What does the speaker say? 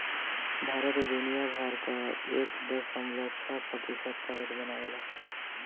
भारत दुनिया भर कअ एक दशमलव छह प्रतिशत कागज बनावेला